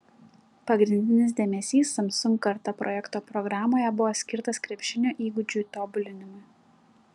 pagrindinis dėmesys samsung karta projekto programoje buvo skirtas krepšinio įgūdžių tobulinimui